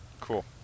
cool